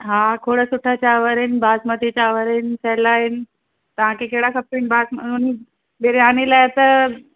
हा खोड़ सुठा चांवर आहिनि बासमती चांवर आहिनि सेला आहिनि तव्हांखे कहिड़ा खपनि बास बिरयानी लाइ त